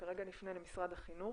כרגע נפנה למשרד החינוך.